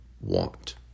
want